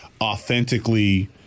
authentically